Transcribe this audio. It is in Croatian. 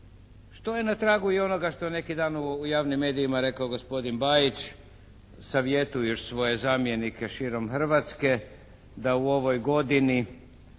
što je na tragu i onoga što je neki dan u javnim medijima rekao gospodin Bajić savjetujuć svoje zamjenike širom Hrvatske da u ovoj godini